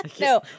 No